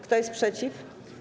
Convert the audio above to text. Kto jest przeciw?